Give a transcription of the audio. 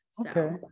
Okay